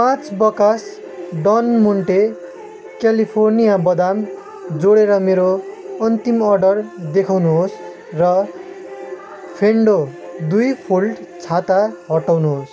पाँच बकास Don Monte California बादाम जोडेर मेरो अन्तिम अर्डर देखाउनुहोस् र फेन्डो दुई फोल्ड छाता हटाउनुहोस्